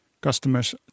customers